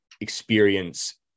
experience